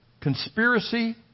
conspiracy